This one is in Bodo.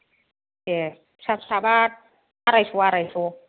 ए फिसा फिसाब्ला आरायस' आरायस'